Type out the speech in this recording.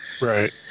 Right